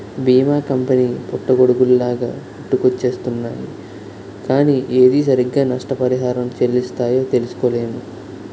బీమా కంపెనీ పుట్టగొడుగుల్లాగా పుట్టుకొచ్చేస్తున్నాయ్ కానీ ఏది సరిగ్గా నష్టపరిహారం చెల్లిస్తాయో తెలుసుకోలేము